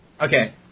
Okay